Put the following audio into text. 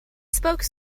spoke